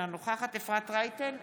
אינה נוכחת אפרת רייטן מרום,